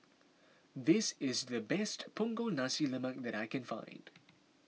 this is the best Punggol Nasi Lemak that I can find